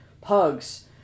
Pugs